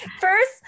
first